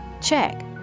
check